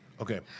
Okay